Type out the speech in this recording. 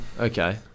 Okay